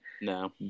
no